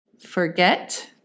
forget